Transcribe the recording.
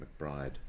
McBride